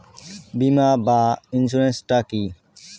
বিমা বা ইন্সুরেন্স টা কি?